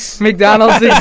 mcdonald's